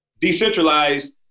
decentralized